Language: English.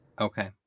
Okay